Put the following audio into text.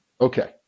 Okay